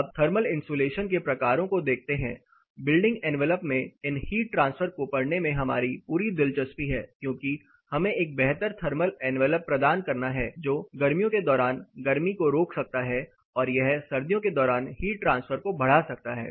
अब thermal insulation के प्रकारों को देखते है बिल्डिंग एन्वेलप में इन हीट ट्रांसफर को पढ़ने में हमारी पूरी दिलचस्पी है क्योंकि हमें एक बेहतर थर्मल एन्वेलप प्रदान करना है जो गर्मियों के दौरान गर्मी को रोक सकता है और यह सर्दियों के दौरान हीट ट्रांसफर को बढ़ा सकता है